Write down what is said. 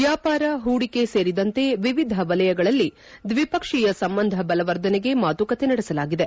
ವ್ಯಾಪಾರ ಹೂಡಿಕೆ ಸೇರಿದಂತೆ ವಿವಿಧ ವಲಯಗಳಲ್ಲಿ ದ್ವಿಪಕ್ಷೀಯ ಸಂಬಂಧ ಬಲವರ್ಧನೆಗೆ ಮಾತುಕತೆ ನಡೆಸಲಾಗಿದೆ